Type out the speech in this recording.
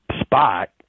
spot